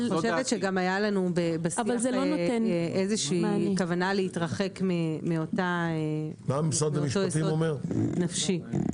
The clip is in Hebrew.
אני חושבת שגם הייתה לנו בשיח איזושהי כוונה להתרחק מאותו יסוד נפשי.